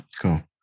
cool